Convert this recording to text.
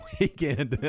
weekend